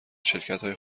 شرکتهای